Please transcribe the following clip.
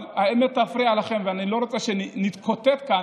אבל האמת תפריע לכם ואני לא רוצה שנתקוטט כאן,